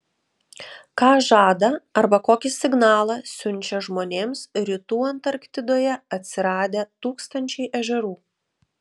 ką žada arba kokį signalą siunčia žmonėms rytų antarktidoje atsiradę tūkstančiai ežerų